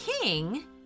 king